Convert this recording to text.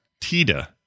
Tita